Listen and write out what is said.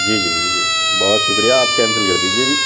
جی جی جی جی بہت شکریہ آپ کینسل کر دیجیے جی